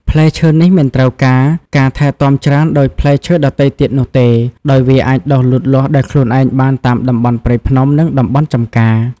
ផ្លែឈើនេះមិនត្រូវការការថែទាំច្រើនដូចផ្លែឈើដទៃទៀតនោះទេ ដោយវាអាចដុះលូតលាស់ដោយខ្លួនឯងបានតាមតំបន់ព្រៃភ្នំ និងតំបន់ចម្ការ។